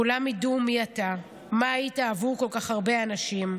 כולם ידעו מי אתה, מה היית עבור כל כך הרבה אנשים.